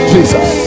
Jesus